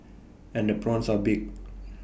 and the prawns are big